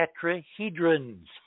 tetrahedrons